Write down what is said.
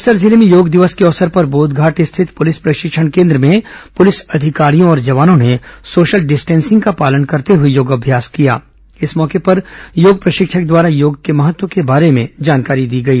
बस्तर जिले में योग दिवस के अवसर पर बोधघाट स्थित पूलिस प्रशिक्षण कोन्द्र में पूलिस अधिकारी और जवानों ने सोशल डिस्टेंसिंग का पालन करते हुए योगाभ्यास किया े इस मौके पर योग प्रशिक्षक द्वारा योग के महत्व के बारे में जानकारी दी गई